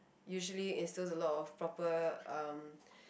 usually instills a lot of proper um